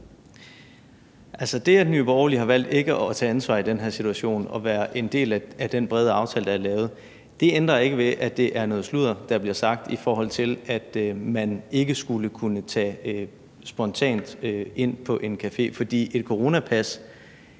det, at Nye Borgerlige har valgt ikke at tage ansvar i den her situation og være en del af den brede aftale, der er lavet, ændrer ikke ved, at det er noget sludder, der bliver sagt, om, at man ikke skulle kunne tage spontant ind på en café, for et coronapas